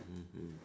mmhmm